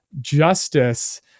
justice